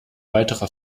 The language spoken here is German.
weiterer